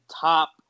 top